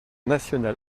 national